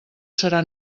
serà